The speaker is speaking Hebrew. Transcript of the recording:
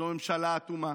זו ממשלה אטומה.